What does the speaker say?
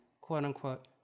quote-unquote